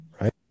right